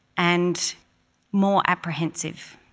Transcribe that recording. and more apprehensive.